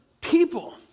people